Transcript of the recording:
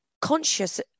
conscious